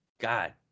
God